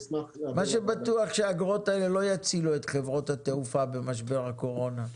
מה שבטוח שהאגרות האלה לא יצילו את חברות התעופה במשבר הקורונה.